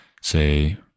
say